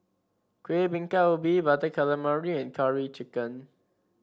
Kuih Bingka Ubi Butter Calamari and Curry Chicken